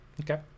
Okay